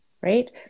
right